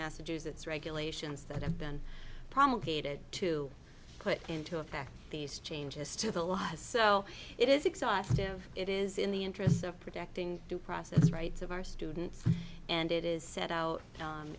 massachusetts regulations that have been promulgated to put into effect these changes to the laws so it is exhaustive it is in the interest of protecting due process rights of our students and it is set out